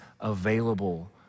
available